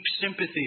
sympathy